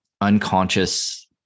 unconscious